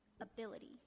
ability